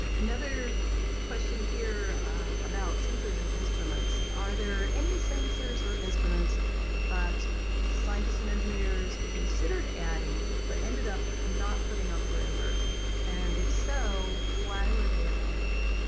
another question here about sensors and instruments are there any sensors or instruments that but scientists and engineers considered adding but ended up not putting on the rover and if so why were they eliminated?